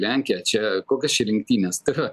lenkija čia kokios čia rinktinės tai yra